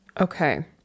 Okay